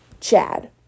Chad